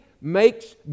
makes